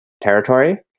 territory